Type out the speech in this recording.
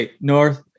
North